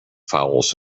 fouls